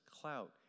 clout